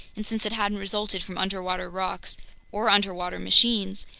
and since it hadn't resulted from underwater rocks or underwater machines,